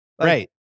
Right